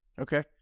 Okay